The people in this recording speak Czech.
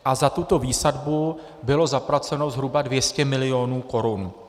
A za tuto výsadbu bylo zaplaceno zhruba 200 milionů korun.